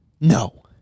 No